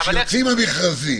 כשיוצאים המכרזים,